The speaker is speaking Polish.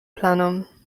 planom